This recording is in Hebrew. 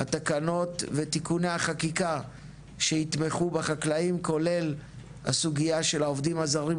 התקנות ותיקוני החקיקה שיתמכו בחקלאים כולל הסוגייה של העובדים הזרים,